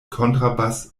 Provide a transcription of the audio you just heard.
kontrabass